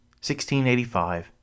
1685